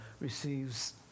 receives